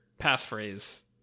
passphrase